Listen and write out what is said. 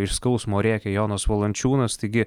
iš skausmo rėkė jonas valančiūnas taigi